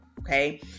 Okay